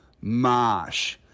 Marsh